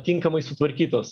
tinkamai sutvarkytos